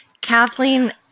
Kathleen